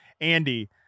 Andy